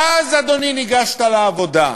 ואז, אדוני, ניגשת לעבודה: